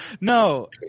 No